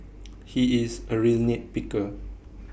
he is A real nit picker